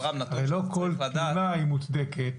הרי לא כל תלונה היא מוצדקת,